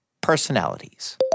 personalities